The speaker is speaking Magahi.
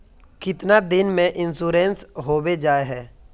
कीतना दिन में इंश्योरेंस होबे जाए है?